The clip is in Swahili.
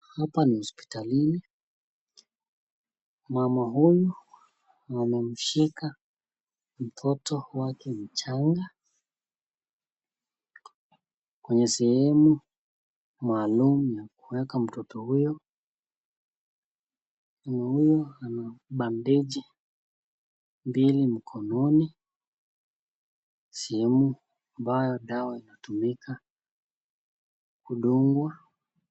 Hapa ni hospitalini. Mama huyu amemshika mtoto wake mchanga kwenye sehemu maalum ya kuweka mtoto huyo. Mtoto huyo ana bandeji mbili mkononi sehemu ambayo dawa hutumika kudungwa.